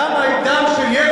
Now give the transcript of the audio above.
למה אתה משווה?